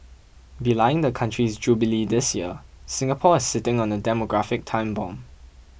belying the country's Jubilee this year Singapore is sitting on a demographic time bomb